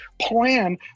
plan